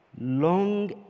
long